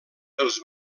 els